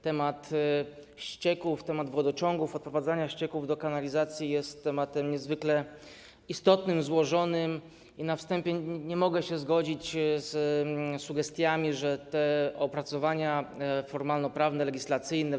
Temat ścieków, wodociągów, odprowadzania ścieków do kanalizacji jest tematem niezwykle istotnym, złożonym i na wstępie nie mogę się zgodzić z sugestiami, że te opracowania formalnoprawne, legislacyjne, w